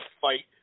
fight